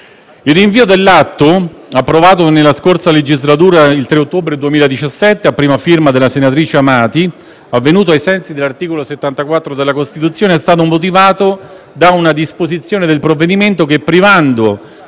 di legge n. 57, approvato nella scorsa legislatura il 3 ottobre 2017, a prima firma della senatrice Amati, avvenuto ai sensi dell'articolo 74 della Costituzione, è stato motivato da una disposizione del provvedimento che, privando